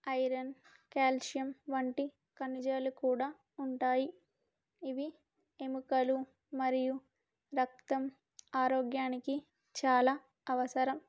iron calcium వంటి ఖనిజాలు కూడా ఉంటాయి ఇవి ఎముకలు మరియు రక్తం ఆరోగ్యానికి చాలా అవసరం